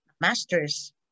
Masters